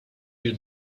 you